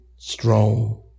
Strong